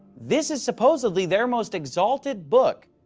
this is supposedly their most exalted book,